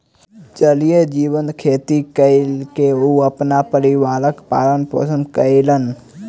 जलीय जीवक खेती कय के ओ अपन परिवारक पालन पोषण कयलैन